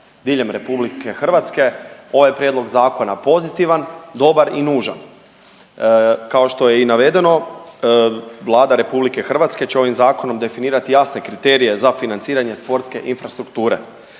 diljem RH ovaj prijedlog zakona pozitivan, dobar i nužan. Kao što je i navedeno Vlada RH će ovim zakonom definirati jasne kriterije za financiranje sportske infrastrukture.